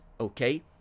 okay